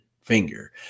finger